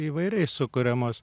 įvairiai sukuriamos